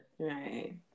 Right